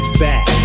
back